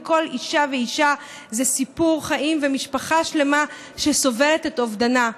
וכל אישה ואישה זה סיפור חיים ומשפחה שלמה שסובלת את אובדנה.